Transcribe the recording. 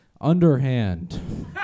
Underhand